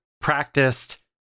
practiced